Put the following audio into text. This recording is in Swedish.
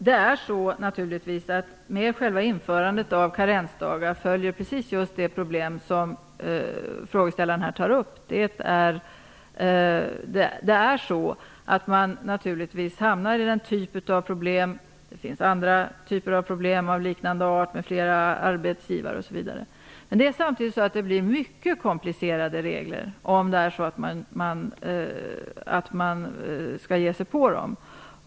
Herr talman! Med själva införandet av karensdag följer precis det problem som frågeställaren tar upp. Man hamnar naturligtvis i den typen av problem. Det finns andra problem av liknande art, med flera arbetsgivare osv. Men det skulle bli mycket komplicerade regler om man skulle ge sig på dem.